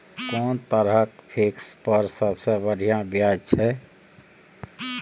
कोन तरह के फिक्स पर सबसे बढ़िया ब्याज छै?